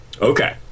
Okay